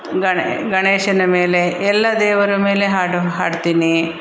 ಗಣೆ ಗಣೇಶನ ಮೇಲೆ ಎಲ್ಲ ದೇವರ ಮೇಲೆ ಹಾಡು ಹಾಡ್ತೀನಿ